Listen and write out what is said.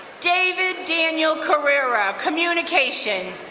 david daniel correra, communication.